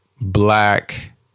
Black